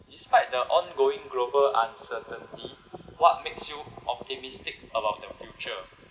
despite the ongoing global uncertainty what makes you optimistic about the future